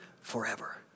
forever